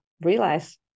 realize